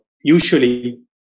usually